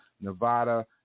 Nevada